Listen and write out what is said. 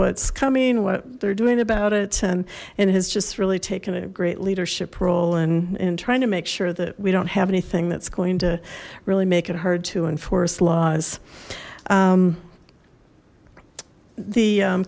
what's coming what they're doing about it and and has just really taken a great leadership role and trying to make sure that we don't have anything that's going to really make it hard to enforce laws the